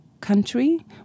country